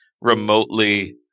remotely